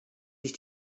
sich